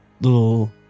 little